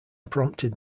prompted